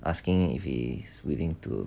asking if he is willing to